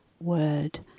word